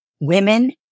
women